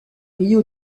río